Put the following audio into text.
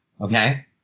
okay